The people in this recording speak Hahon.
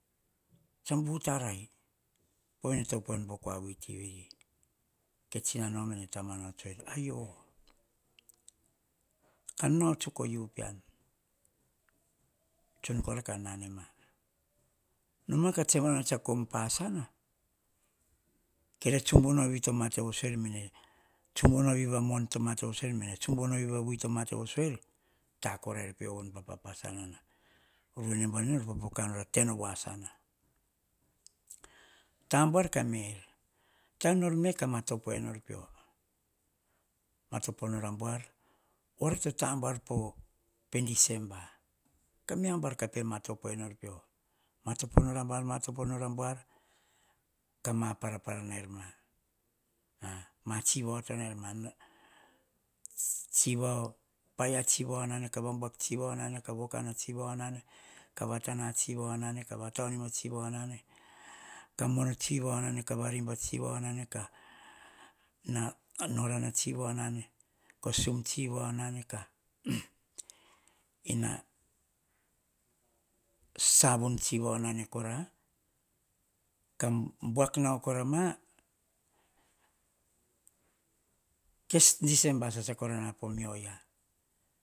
Tsa butarai pove to op enu po kua vui ti veri. Ke tsina noh me tamno tsoer a-oh. Nau tsuk ou pean, tsun kora kah nanema noma kah tsoe tso kom pasina. Tsubunovi to mattevosoene mene tamano vito mate vosoer. Takorair peoh voni ruene. Ruene buavi nor popoka nor a tenovoasana. Tah buar kah me er. Tabuar kah mamatopoi nor peoh. Oria to tah buar december matopo nor matopo worbuar matop nol abuar. Paia tsivo nane. Paia tsivo wane, vabuak tsivo nane vokana nane, vatana, nane vata niva tsivo nane ka mono tsivao nane. Kah norana tsive nane, nora tsivao nane. Ko sum tsivao nane. Kah ena savun tsivao nane nane kora kah buak nau koroma kes december sasa kora na poioh year.